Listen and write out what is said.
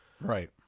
Right